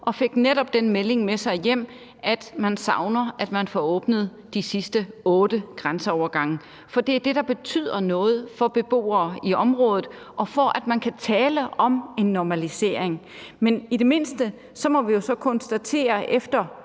og fik jo netop den melding med sig hjem, at man savner, at man får åbnet de sidste otte grænseovergange, for det er det, der betyder noget for beboerne i området og for, at man kan tale om en normalisering. Men i det mindste må vi jo så efter